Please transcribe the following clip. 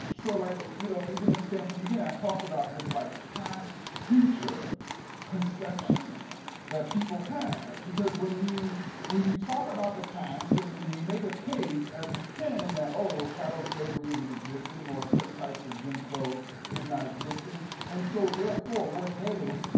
so like you know even in stamped from the beginning, i talked about this like past future conception that people have because when you when you talk about the past and and you make a case we can that, oh, well chattel slavery isn't existing, or certain types of jim crow is not existing. and so, therefore, we're headed,